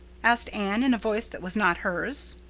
asked anne in a voice that was not hers.